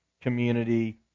community